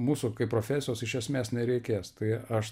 mūsų kaip profesijos iš esmės nereikės tai aš